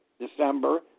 December